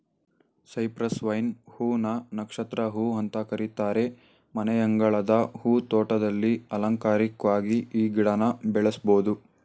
Cyprus vine ಹೂ ನ ನಕ್ಷತ್ರ ಹೂ ಅಂತ ಕರೀತಾರೆ ಮನೆಯಂಗಳದ ಹೂ ತೋಟದಲ್ಲಿ ಅಲಂಕಾರಿಕ್ವಾಗಿ ಈ ಗಿಡನ ಬೆಳೆಸ್ಬೋದು